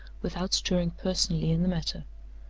without stirring personally in the matter.